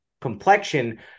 complexion